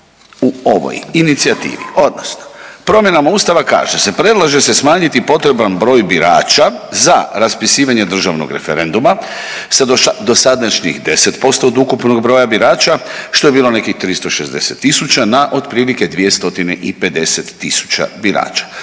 u ovoj inicijativi odnosno promjenama Ustava kaže se, predlaže se smanjiti potreban broj birača za raspisivanje državnog referenduma sa dosadašnjih 10% od ukupnog broja birača što je bilo nekih 360.000 na otprilike 250.000 birača.